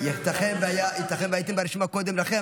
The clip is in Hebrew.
ייתכן שהייתם ברשימה קודם לכן,